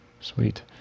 Sweet